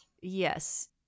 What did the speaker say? Yes